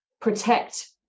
protect